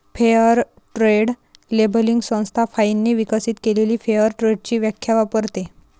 fair trade labelling संस्था फाइनने विकसित केलेली फेअर ट्रेडची व्याख्या वापरते